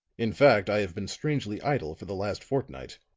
in fact, i have been strangely idle for the last fortnight.